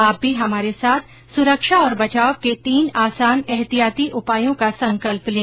आप भी हमारे साथ सुरक्षा और बचाव के तीन आसान एहतियाती उपायों का संकल्प लें